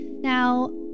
Now